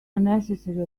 unnecessarily